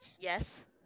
Yes